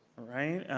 all right.